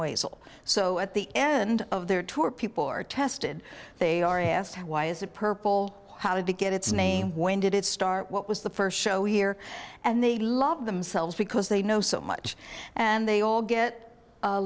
ways so at the end of their tour people are tested they are asked why is it purple how did to get its name when did it start what was the first show here and they love themselves because they know so much and they all get a